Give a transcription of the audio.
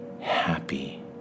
happy